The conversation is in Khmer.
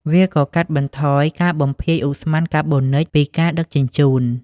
វាក៏កាត់បន្ថយការបំភាយឧស្ម័នកាបូនិចពីការដឹកជញ្ជូន។